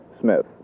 Smith